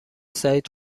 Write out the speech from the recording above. سعید